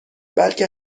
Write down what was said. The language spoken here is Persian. بلکه